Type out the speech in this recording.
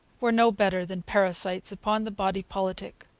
were no better than parasites. upon the body politic.